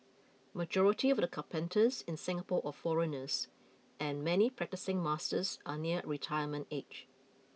majority of the carpenters in Singapore are foreigners and many practising masters are nearing retirement age